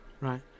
Right